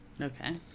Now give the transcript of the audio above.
Okay